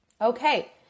Okay